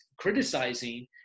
criticizing